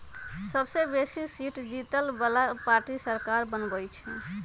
सबसे बेशी सीट जीतय बला पार्टी सरकार बनबइ छइ